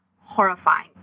horrifying